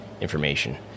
information